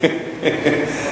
אל תראה בזה תקדים.